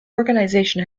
organization